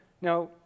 Now